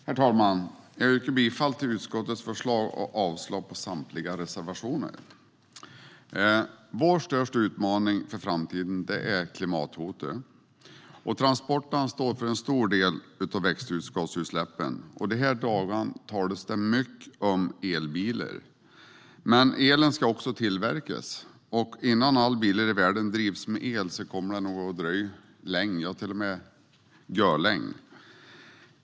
Herr talman! Jag yrkar bifall till utskottets förslag och avslag på samtliga reservationer. Vår största utmaning för framtiden är klimathotet. Transporterna står för en stor del av växthusgasutsläppen. Dessa dagar talas det mycket om elbilar, men elen ska också tillverkas. Och innan alla bilar i världen drivs med el kommer det att dröja länge, görlänge.